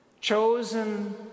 chosen